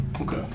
okay